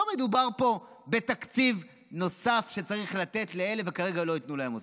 לא מדובר פה בתקציב נוסף שצריך לתת לאלה וכרגע לא ייתנו להם אותו.